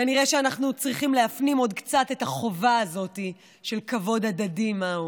כנראה שאנחנו צריכים להפנים עוד קצת את החובה הזאת של כבוד הדדי מהו,